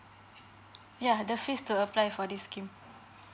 yeah the fees to apply for this scheme